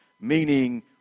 meaning